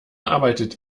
arbeitet